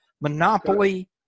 Monopoly